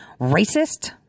racist